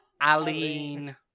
Aline